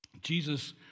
Jesus